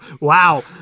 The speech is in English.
Wow